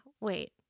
Wait